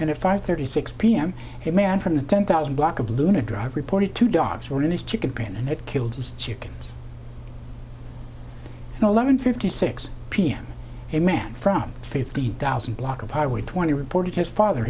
and a five thirty six p m a man from the ten thousand block of luna drive reported two dogs were in his chicken pen and it killed his chickens and eleven fifty six p m a man from fifty thousand block of highway twenty reported his father